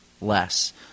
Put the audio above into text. less